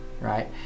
right